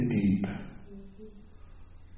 deep